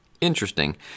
Interesting